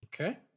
Okay